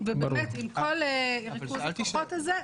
עם כל ריכוז הכוחות הזה.